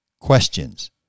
questions